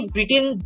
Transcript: Britain